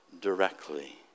directly